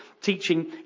teaching